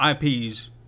IPs